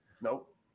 Nope